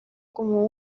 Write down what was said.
como